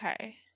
Okay